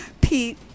Pete